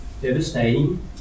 devastating